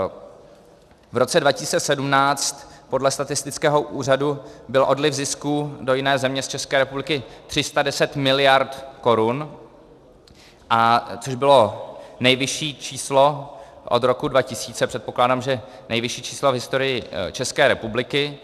V roce 2017 podle statistického úřadu byl odliv zisků do jiné země z České republiky 310 miliard korun, což bylo nejvyšší číslo od roku 2000, předpokládám, že nejvyšší číslo v historii České republiky.